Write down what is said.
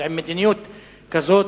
אבל עם מדיניות כזו,